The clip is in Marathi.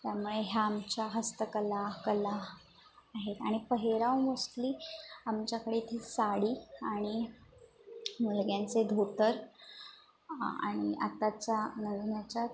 त्यामुळे ह्या आमच्या हस्तकला कला आहेत आणि पेहराव मोस्टली आमच्याकडे ती साडी आणि मुलग्यांचे धोतर आणि आत्ताच्या लग्नाच्यात